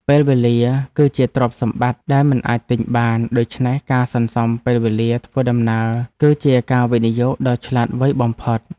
ពេលវេលាគឺជាទ្រព្យសម្បត្តិដែលមិនអាចទិញបាន ដូច្នេះការសន្សំពេលវេលាធ្វើដំណើរគឺជាការវិនិយោគដ៏ឆ្លាតវៃបំផុត។